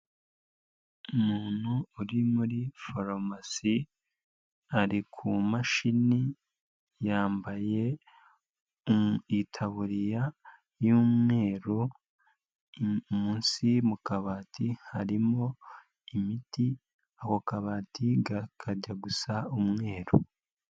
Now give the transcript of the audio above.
Umuntu uri muri farumasi ari ku mashini yambaye itaburiya y'umweru, munsi mu kabati harimo imiti, ako kabati kajya gusa umweru.